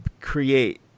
create